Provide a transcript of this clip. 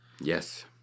yes